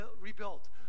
rebuilt